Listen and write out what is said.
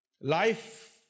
Life